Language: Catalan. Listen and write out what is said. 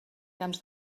camps